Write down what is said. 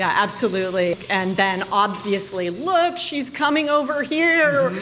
absolutely, and then obviously, look, she is coming over here!